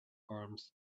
arms